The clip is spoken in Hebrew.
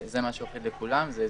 זה משהו אחיד לכולם,